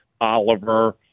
Oliver